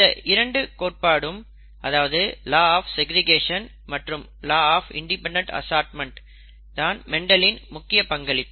இந்த இரண்டு கோட்பாடு அதாவது லா ஆஃப் செக்ரிகேஷன் மற்றும் லா ஆஃப் இன்டிபெண்டென்ட் அசார்ட்மெண்ட் தான் மெண்டலின் முக்கிய பங்களிப்பு